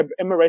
Emirates